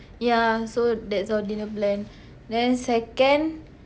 ya so that's our dinner plan then second